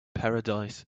paradise